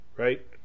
Right